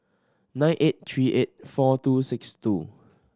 nine eight three eight four two six two